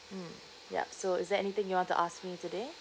mm yup so is there anything you want to ask me today